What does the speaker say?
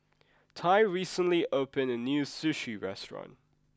Tai recently opened a new Sushi restaurant